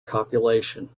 copulation